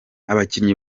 abakinnyi